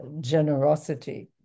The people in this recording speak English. generosity